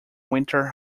winter